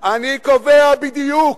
אני קובע בדיוק,